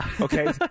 Okay